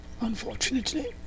Unfortunately